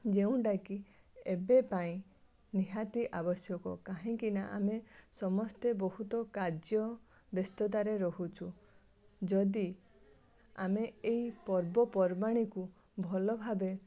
ଯେଉଁଟାକି ଏବେ ପାଇଁ ନିହାତି ଆବଶ୍ୟକ କାହିଁକିନା ଆମେ ସମସ୍ତେ ବହୁତ କାର୍ଯ୍ୟ ବ୍ୟସ୍ତତାରେ ରହୁଛୁ ଯଦି ଆମେ ଏଇ ପର୍ବପର୍ବାଣୀକୁ ଭଲଭାବେ